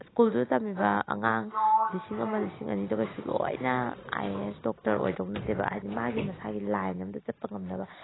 ꯁ꯭ꯀꯨꯜꯗꯨꯗ ꯇꯝꯃꯤꯕ ꯑꯉꯥꯡ ꯂꯤꯁꯤꯡ ꯑꯃ ꯂꯤꯁꯤꯡ ꯑꯅꯤꯗꯣ ꯀꯩꯁꯨ ꯂꯣꯏꯅ ꯑꯥꯏ ꯑꯦ ꯑꯦꯁ ꯗꯣꯛꯇꯔ ꯑꯣꯏꯗꯧ ꯅꯠꯇꯦꯕ ꯍꯥꯏꯗꯤ ꯃꯥꯒꯤ ꯃꯁꯥꯒꯤ ꯂꯥꯏꯟ ꯑꯝꯗ ꯆꯠꯄ ꯉꯝꯅꯕ